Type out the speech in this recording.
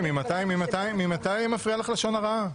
ממתי מפריע לך לשון הרע?